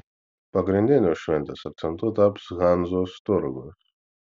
pagrindiniu šventės akcentu taps hanzos turgus